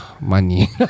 money